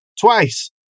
twice